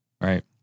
right